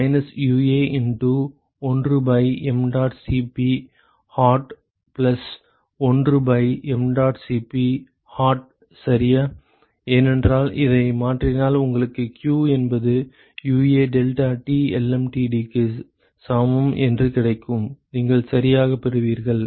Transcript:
minus UA into ஒன்று by mdot Cp cold plus ஒன்று by mdot Cp hot சரியா ஏனென்றால் இதை மாற்றினால் உங்களுக்கு q என்பது UA deltaT lmtd க்கு சமம் என்று கிடைக்கும் நீங்கள் சரியாகப் பெறுவீர்கள்